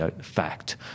fact